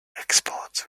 exports